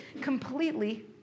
completely